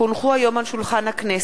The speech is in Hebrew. כי הונחו היום על שולחן הכנסת,